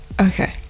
Okay